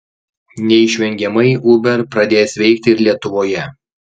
neišvengiamai uber pradės veikti ir lietuvoje